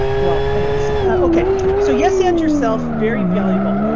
well anyway ok so yes and yourself very valuable.